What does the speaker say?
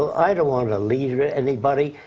ah i don't want to lead anybody,